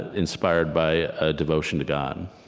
inspired by a devotion to god.